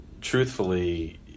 truthfully